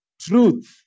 truth